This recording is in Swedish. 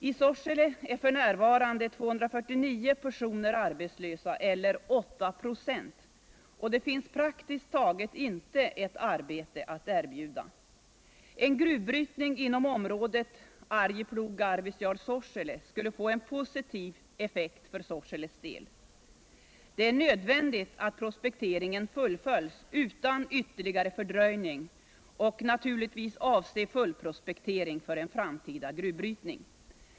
I Sorsele är f.n. 249 personer arbetslösa, eller 8 6, och det finns praktiskt taget inte ett arbete att erbjuda. En gruvbrytning inom området Arjeplog-Arvidsjaur-Sorsele skulle få en positiv effekt för Sorseles del. Det är nödvändigt att prospekteringen fullföljs utan ytterligare fördröjning och naturligtvis avser fullprospektering för en framtida gruvbrytning.